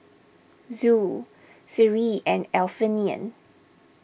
Zul Seri and Alfian